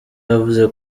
yavuze